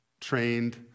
trained